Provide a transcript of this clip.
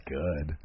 good